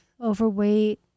overweight